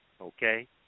Okay